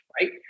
right